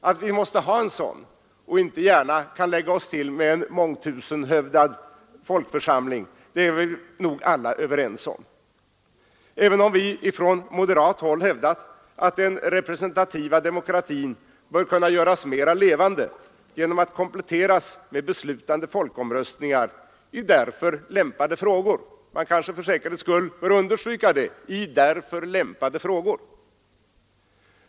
Att vi måste ha en sådan och inte gärna kan lägga oss till med en mångtusenhövdad folkförsamling är vi nog alla överens om, även om vi på moderat håll hävdat att den representativa demokratin bör kunna göras mera levande genom att kompletteras med beslutande folkomröstningar i därför lämpade frågor — jag kanske för säkerhets skull bör understryka: i därför lämpade frågor.